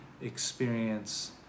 experience